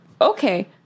okay